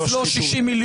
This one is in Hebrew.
לא 60 מיליון.